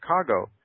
Chicago –